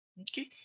Okay